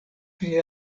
pri